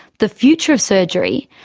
the future of surgery,